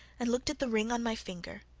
and looked at the ring on my finger.